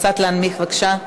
קצת להנמיך, בבקשה.